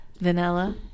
Vanilla